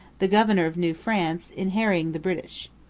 the governor of new france, in harrying the british.